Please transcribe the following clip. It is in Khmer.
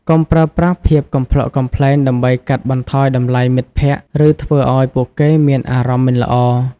កុំប្រើប្រាស់ភាពកំប្លុកកំប្លែងដើម្បីកាត់បន្ថយតម្លៃមិត្តភក្តិឬធ្វើឱ្យពួកគេមានអារម្មណ៍មិនល្អ។